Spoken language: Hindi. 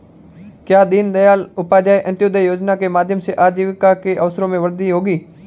क्या दीन दयाल उपाध्याय अंत्योदय योजना के माध्यम से आजीविका के अवसरों में वृद्धि होगी?